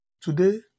Today